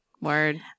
Word